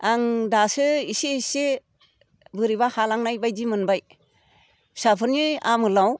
आं दासो इसे इसे बोरैबा हालांनाय बायदि मोनबाय फिसाफोरनि आमोलाव